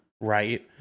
right